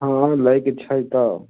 हँ हँ लै के छै तऽ